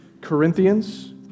corinthians